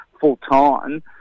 full-time